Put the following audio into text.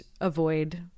avoid